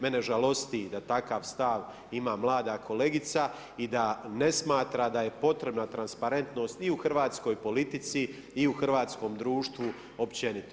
Mene žalosti da takav stav ima mlada kolegica i da ne smatra da da je potrebna transparentnost i u hrvatskoj politici i u hrvatskom društvu općenito.